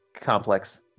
complex